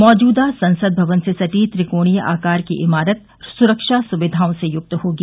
मौजूदा संसद भवन से सटी त्रिकोणीय आकार की इमारत सुरक्षा सुविधाओं से युक्त होगी